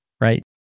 right